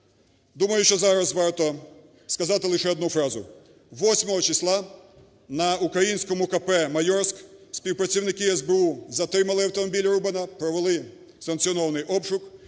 Думаю, що зараз варто сказати лише одну фразу. Восьмого числа на українському КП "Майорськ" співпрацівники СБУ затримали автомобіль Рубана, провели санкціонований обшук,